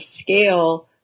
scale